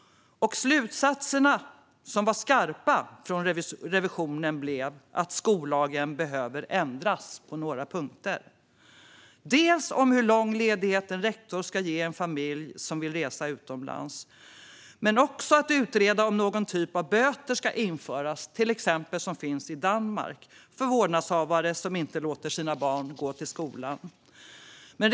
Revisionens skarpa slutsats var att skollagen behöver ändras på några punkter. Det handlar om hur lång ledighet en rektor kan ge en familj som vill resa utomlands och om någon typ av böter ska införas för vårdnadshavare som inte låter sina barn gå i skolan, vilket finns till exempel i Danmark.